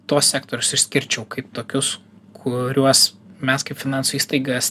tuos sektorius išskirčiau kaip tokius kuriuos mes kaip finansų įstaigas